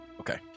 Okay